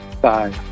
Bye